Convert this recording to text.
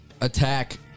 attack